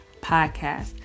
podcast